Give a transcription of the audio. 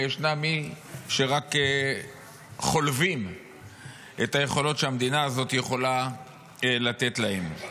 וישנם מי שרק חולבים את היכולות שהמדינה הזאת יכולה לתת להם.